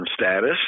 status